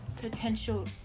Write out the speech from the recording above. potential